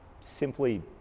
simply